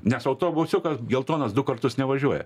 nes autobusiukas geltonas du kartus nevažiuoja